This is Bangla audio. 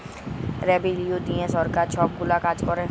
রেভিলিউ দিঁয়ে সরকার ছব গুলা কাজ ক্যরে